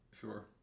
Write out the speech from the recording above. Sure